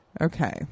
Okay